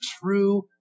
true